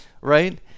right